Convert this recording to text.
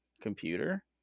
computer